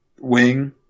wing